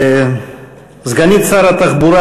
סגנית שר התחבורה,